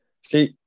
See